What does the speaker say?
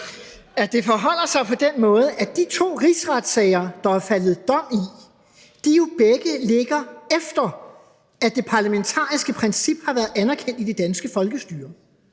at det forholder sig på den måde, at de to rigsretssager, der er faldet dom i, begge ligger, efter at det parlamentariske princip har været anerkendt i det danske folkestyre.